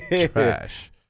Trash